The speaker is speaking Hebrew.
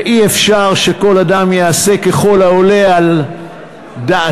ואי-אפשר שכל אדם יעשה ככל העולה על דעתו,